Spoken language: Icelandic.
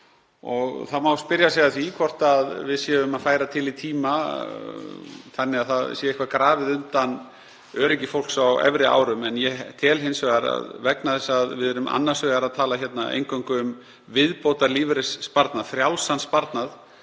Það má spyrja sig að því hvort við séum að færa til í tíma þannig að það sé eitthvað grafið undan öryggi fólks á efri árum, en ég tel að vegna þess að við erum annars vegar eingöngu að tala um viðbótarlífeyrissparnað, frjálsan sparnað,